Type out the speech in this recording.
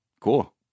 Cool